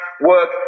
work